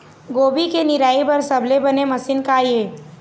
गोभी के निराई बर सबले बने मशीन का ये?